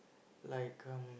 like um